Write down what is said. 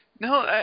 No